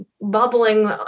bubbling